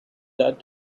that